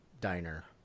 diner